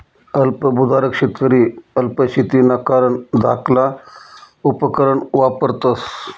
अल्प भुधारक शेतकरी अल्प शेतीना कारण धाकला उपकरणं वापरतस